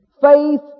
Faith